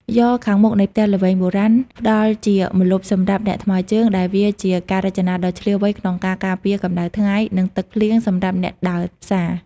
យ៉រខាងមុខនៃផ្ទះល្វែងបុរាណផ្តល់ជាម្លប់សម្រាប់អ្នកថ្មើរជើង ដែលវាជាការរចនាដ៏ឈ្លាសវៃក្នុងការការពារកម្ដៅថ្ងៃ និងទឹកភ្លៀងសម្រាប់អ្នកដើរផ្សារ។